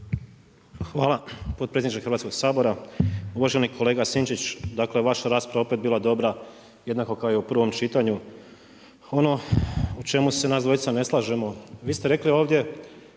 Hvala potpredsjedniče Hrvatskog sabora. Uvaženi kolega Sinčić, dakle vaša rasprava je opet bila dobra, jednako kao i u prvom čitanju. Ono u čemu se nas dvojica ne slažemo, vi ste rekli ovdje